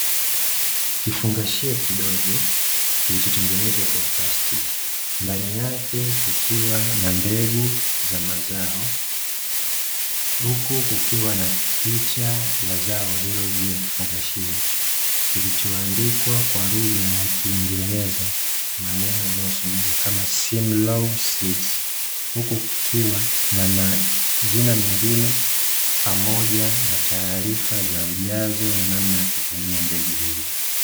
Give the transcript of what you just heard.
Kifungashio kidogo kilichotengenezwa kwa plastiki, ndani yake kikiwa na mbegu za mazao, huku kukiwa na picha ya zao hilo juu ya kifugashio hicho, kilichoandikwa kwa lugha ya kiingereza maneno yanayosomea kama "SIMLAW SEEDS". Huku kikiwa na majina mengine pamoja na taarifa za ujazo na namna ya kutumia mbegu hizo.